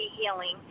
healing